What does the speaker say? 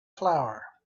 flower